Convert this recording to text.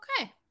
Okay